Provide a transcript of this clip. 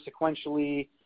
sequentially